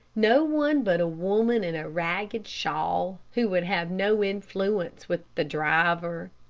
no one but a woman in a ragged shawl who would have no influence with the driver.